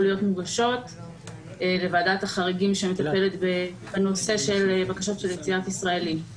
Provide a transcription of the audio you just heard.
להיות מוגשות לוועדת החריגים שמטפלת בנושא של בקשות של יציאת ישראלים.